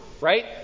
right